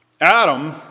Adam